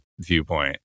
viewpoint